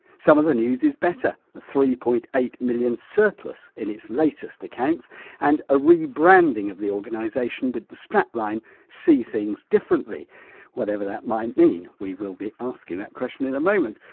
some of the news is better a three point eight million surplus in its latest accounts and a rebranding of the organisation with the strapline see things differently whatever that might mean, we will be asking that question in a moment.